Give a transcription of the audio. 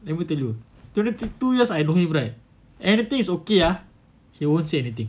let me tell you twenty two years I know him right anything is okay ah he won't say anything